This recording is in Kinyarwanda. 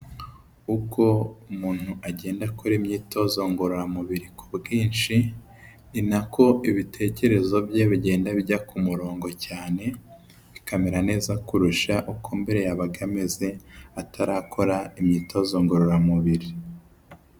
Uko umuntu agenda akora imyitozo ngororamubiri ku bwinshi ni nako ibitekerezo bye bigenda bijya ku murongo cyane bikamera neza kurusha uko mbere yabaga ameze atarakora imyitozo ngororamubiri.